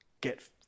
get